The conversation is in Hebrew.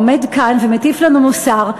הוא עומד כאן ומטיף לנו מוסר,